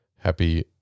Happy